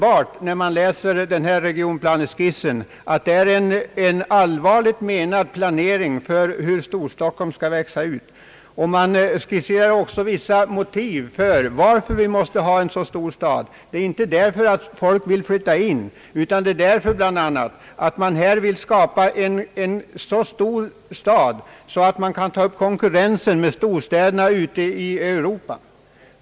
Av regionplaneskissen framgår tydligt att det är fråga om en allvarligt menad planering för hur Stor stockholm skall växa ut. Man skisserar också vissa motiv till att man vill ha en så stor stad. Skälet är inte att folk vill flytta in till Storstockholm, utan bl.a. det att man vill skapa en så stor stad att man kan ta upp konkurrensen med storstäderna ute i Europa.